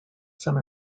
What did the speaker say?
some